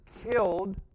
killed